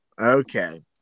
Okay